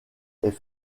est